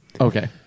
Okay